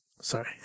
sorry